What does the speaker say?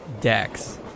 Dex